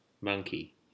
monkey